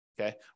Okay